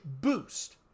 boost